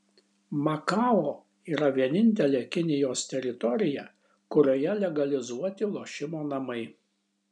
makao yra vienintelė kinijos teritorija kurioje legalizuoti lošimo namai